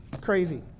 crazy